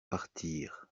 partir